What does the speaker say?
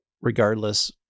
regardless